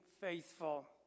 faithful